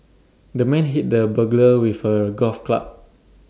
the man hit the burglar with A golf club